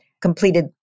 completed